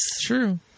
True